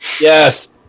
Yes